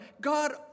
God